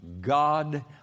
God